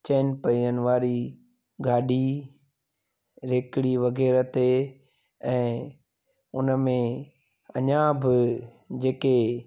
चइनि पहियनि वारी गाॾी रेकड़ी वग़ैरह ते ऐं हुन में अञा बि जेके